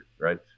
right